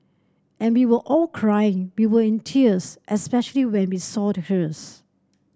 and we were all crying we were in tears especially when we saw the hearse